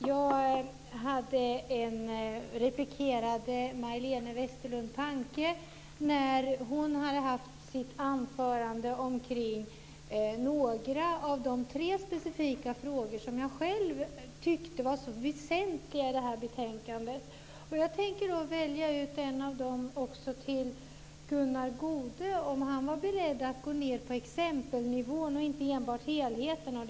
Herr talman! Jag replikerade Majléne Westerlund Panke, när hon hade haft sitt anförande, om några av de tre specifika frågor som jag själv tyckte var så väsentliga i det här betänkandet. Jag tänker välja ut en av dem till Gunnar Goude, om han är beredd att gå ned på exempelnivån och inte enbart tala om helheten.